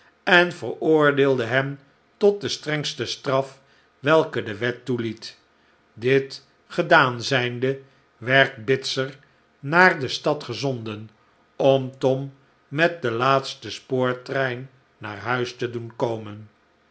en veroordeelde hen tot de strengste straf welke de wet toeliet dit gedaan zijnde werd bitzer naar de stad gezonden om tom met den laatsten spoortrein naar huis te doen koinen